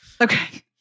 Okay